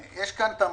יש כאן את המתכונת,